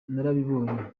narabibonye